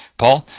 paul,